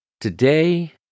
Today